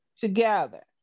Together